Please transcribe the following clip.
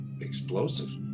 explosive